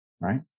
right